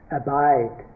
abide